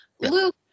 luke